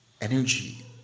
energy